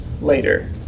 later